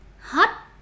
hot